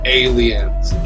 aliens